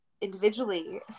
individually